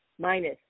minus